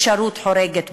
אפשרות חורגת בנוף.